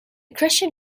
christian